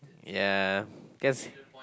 yeah cause